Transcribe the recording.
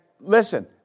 listen